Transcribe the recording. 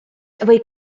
või